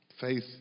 Faith